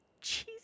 Jesus